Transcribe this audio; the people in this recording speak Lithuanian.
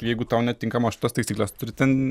jeigu tau netinkamos šitos taisyklės turi ten